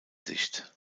sicht